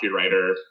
copywriter